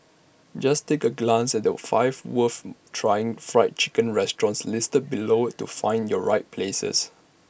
just take A glance at the five worth trying Fried Chicken restaurants listed below to find your right places